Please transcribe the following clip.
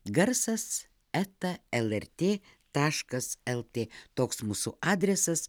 garsas eta lrt taškas lt toks mūsų adresas